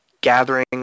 gathering